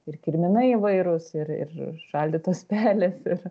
ir kirminai įvairūs ir ir šaldytos pelės ir